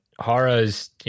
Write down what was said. Hara's